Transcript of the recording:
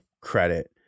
credit